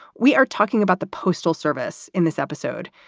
we are talking about the postal service in this episode,